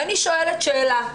אני שואלת שאלה.